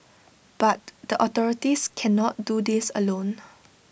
but the authorities cannot do this alone